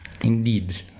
Indeed